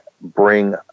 bring